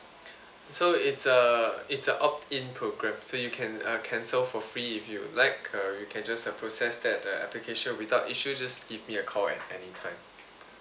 so it's a it's a opt in programmes so you can uh cancel for free if you like uh you can just uh process that the application without issues just give me a call at any time